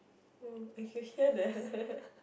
uh if you hear that~